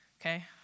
okay